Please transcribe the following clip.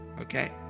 Okay